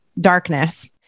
darkness